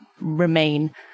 remain